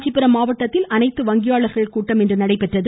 காஞ்சிபுரம் மாவட்டத்தில் அனைத்து வங்கியாளர்கள் கூட்டம் இன்று நடைபெற்றது